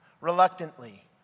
reluctantly